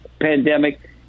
pandemic